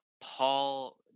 Paul